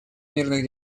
мирных